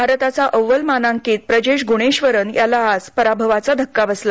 भारताचा अव्वल मानांकित प्रजेश ग्णेश्वरन याला आज पराभवाचा धक्का बसला